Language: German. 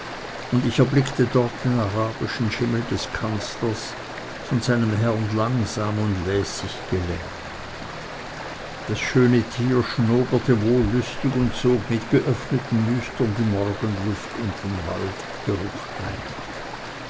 und ich erblickte dort den arabischen schimmel des kanzlers von seinem herrn langsam und lässig gelenkt das schöne tier schnoberte wollüstig und sog mit geöffneten nüstern die morgenluft und den waldgeruch ein